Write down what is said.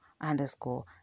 underscore